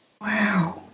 Wow